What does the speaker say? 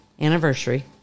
anniversary